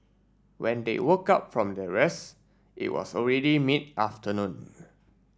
when they woke up from their rest it was already mid afternoon